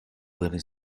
wurde